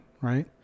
right